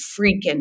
freaking